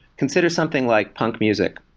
consider something like punk music.